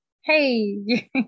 hey